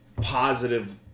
positive